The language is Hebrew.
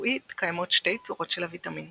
הרפואית קיימות שתי צורות של הוויטמין